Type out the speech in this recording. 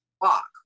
walk